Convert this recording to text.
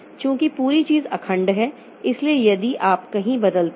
चूंकि पूरी चीज अखंड है इसलिए यदि आप कहीं बदलते हैं